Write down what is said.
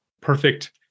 perfect